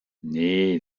nee